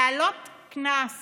להעלות קנס